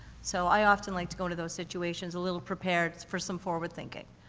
so i often like to go into those situations a little prepared for some forward thinking.